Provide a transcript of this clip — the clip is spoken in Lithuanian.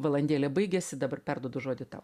valandėlė baigėsi dabar perduodu žodį tau